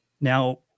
now